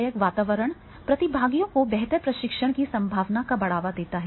सहायक वातावरण प्रतिभागियों को बेहतर प्रशिक्षण की संभावना को बढ़ावा देता है